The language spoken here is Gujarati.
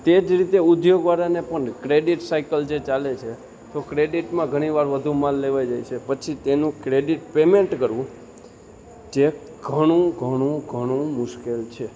તે જ રીતે ઉદ્યોગવાળાને પણ ક્રેડિટ સાઇકલ જે ચાલે છે તો ક્રેડિટમાં ઘણી વાર વધુ માલ લેવાઈ જાય છે પછી તેનું ક્રેડિટ પેમેન્ટ કરવું જે ઘણું ઘણું ઘણું મુશ્કેલ છે